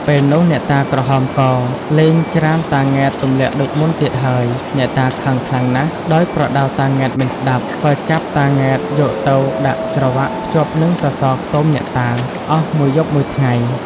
ពេលនោះអ្នកតាក្រហមក លែងច្រានតា ង៉ែត ទម្លាក់ដូចមុនទៀតហើយ អ្នកតាខឹងខ្លាំងណាស់ ដោយប្រដៅតា ង៉ែត មិនស្តាប់ ក៏ចាប់តា ង៉ែត យកទៅ ដាក់ច្រវាក់ភ្ជាប់នឹងសសរខ្ទមអ្នកតា អស់មួយយប់មួយថ្ងៃ ។